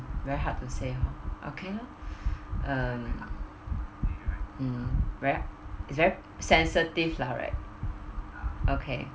very hard to say hor okay lor um mm very is very sensitive lah right okay